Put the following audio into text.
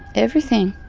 everything.